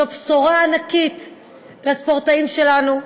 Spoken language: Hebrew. זו בשורה ענקית לספורטאים שלנו,